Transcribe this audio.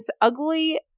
ugly